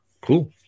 Cool